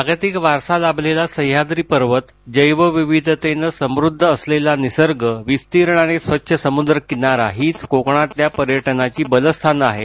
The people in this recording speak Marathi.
जागतिक वारसा लाभलेला सह्याद्री पर्वत जैवविविधतेनं समृद्ध असलेला निसर्ग विस्तीर्ण आणि स्वच्छ समुद्रकिनारा हीच कोकणातल्या पर्यटनाची बलस्थानं आहेत